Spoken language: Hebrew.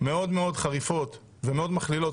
מאוד מאוד חריפות ומאוד מכלילות,